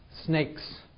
snakes